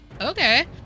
okay